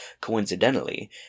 coincidentally